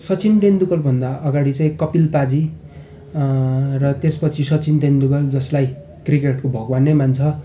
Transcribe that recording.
सचिन तेन्दुलकरभन्दा अगाडि चाहिँ कपिल पाजी र त्यसपछि सचिन तेन्दुलकर जसलाई क्रिकेटको भगवान नै मान्छ